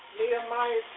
Nehemiah